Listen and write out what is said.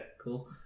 Cool